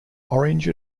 orange